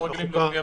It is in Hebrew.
אני מתאר לי.